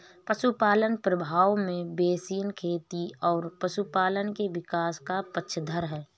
पशुपालन प्रभाव में बेसिन खेती और पशुपालन के विकास का पक्षधर है